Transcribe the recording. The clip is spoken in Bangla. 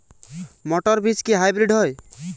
মটর বীজ কি হাইব্রিড হয়?